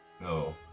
no